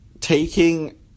taking